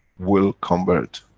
will convert,